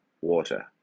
water